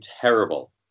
terrible